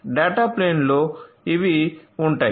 data ప్లేన్లో ఇవి ఉంటాయి